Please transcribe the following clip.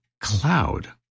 cloud